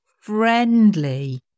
friendly